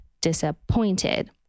disappointed